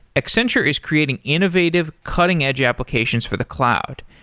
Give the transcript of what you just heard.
accenture is creating innovative, cutting edge applications for the cloud,